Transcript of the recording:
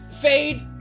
fade